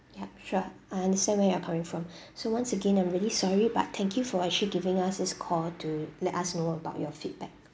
ya sure I understand where you are coming from so once again I'm really sorry but thank you for actually giving us this call to let us know about your feedback